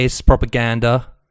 propaganda